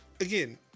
Again